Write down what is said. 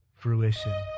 fruition